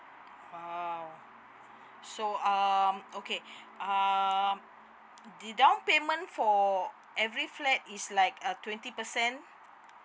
!wow! so um okay um the down payment for every flat is like a twenty percent